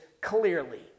clearly